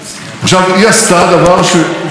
היא עשתה דבר שלא ייסלח,